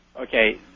Okay